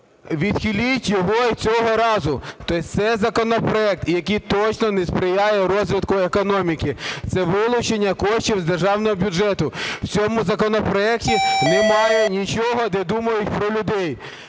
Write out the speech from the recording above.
відхиліть його і цього разу. Це законопроект, який точно не сприяє розвитку економіки, це вилучення коштів з державного бюджету. В цьому законопроекті немає нічого, де думають про людей.